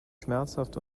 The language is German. schmerzhaft